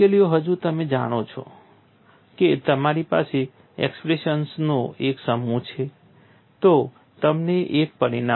તમે જાણો છો કે તમારી પાસે એક્સપ્રેશનઓનો એક સમૂહ છે તો તમને એક પરિણામ મળે છે